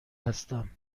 هستم